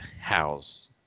house